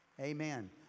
amen